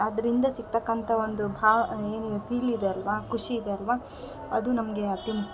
ಅದರಿಂದ ಸಿಕ್ತಕ್ಕಂಥ ಒಂದು ಬಾ ಏನು ಫೀಲ್ ಇದೆ ಅಲ್ವ ಖುಷಿ ಇದೆ ಅಲ್ವ ಅದು ನಮಗೆ ಅತಿಮುಖ್ಯ